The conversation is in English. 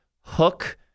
hook